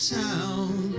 town